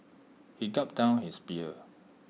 he gulped down his beer